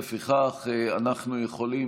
לפיכך אנחנו יכולים,